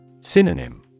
Synonym